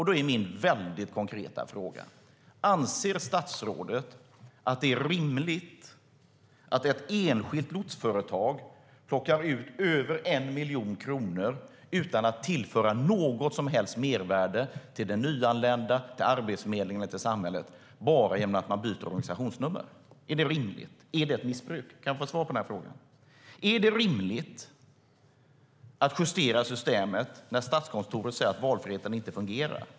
Då är min väldigt konkreta fråga: Anser statsrådet att det är rimligt att ett enskilt lotsföretag tar ut över 1 miljon kronor utan att tillföra något som helst mervärde till den nyanlände, till Arbetsförmedlingen eller till samhället, bara genom att byta organisationsnummer? Är det ett missbruk - kan jag få svar på den frågan? Är det rimligt att justera systemet när Statskontoret säger att valfriheten inte fungerar?